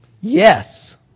Yes